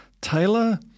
Taylor